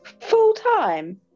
Full-time